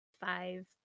five